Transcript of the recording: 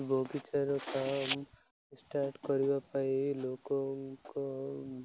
ବଗିଚାର କାମ ଷ୍ଟାର୍ଟ୍ କରିବା ପାଇଁ ଲୋକଙ୍କ